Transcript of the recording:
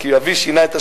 כי אבי שינה את השם.